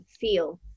feel